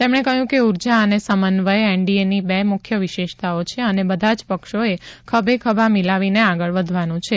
તેમણે કહયું કે ઉર્જા અને સમન્વય એનડીએની બે મુખ્ય વિશેષતાઓ છે અને બધા જ પક્ષોએ ખભે ખભા મીલાવીને આગળ વધવાનું છે